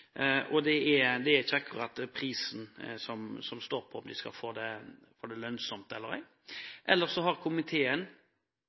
ble solgt – er det ikke akkurat prisen det står på om de skal få det lønnsomt eller ei.